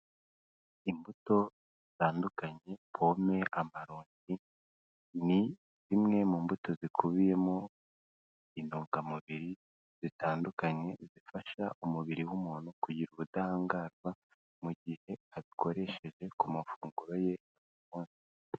Imbuto zitandukanye, pome, amaronji, ni bimwe mu mbuto zikubiyemo intungamubiri zitandukanye zifasha umubiri w'umuntu kugira ubudahangarwa mu gihe abikoresheje ku mafunguro ye buri munsi.